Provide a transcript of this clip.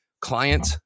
client